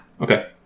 okay